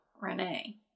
Renee